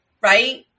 Right